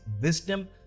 wisdom